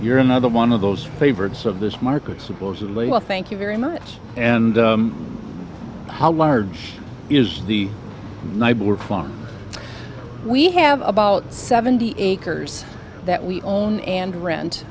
you're another one of those favorites of this market supposedly well thank you very much and how large is the we have about seventy acres that we own and rent